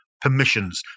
permissions